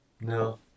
No